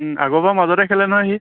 আগৰপৰাও মাজতে খেলে নহয় সি